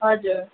हजुर